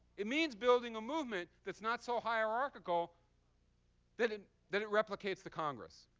it means building a movement that's not so hierarchical that and that it replicates the congress.